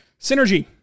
Synergy